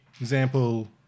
example